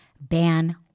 ban